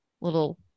little